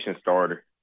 starter